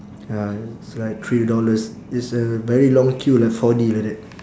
ya it's like three dollars it's a very long queue like four D like that